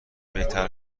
بهتر